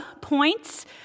points